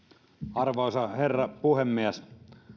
arvoisa herra puhemies